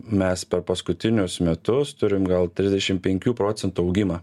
mes per paskutinius metus turime gal trisdešim penkių procentų augimą